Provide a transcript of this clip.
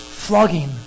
Flogging